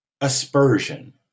aspersion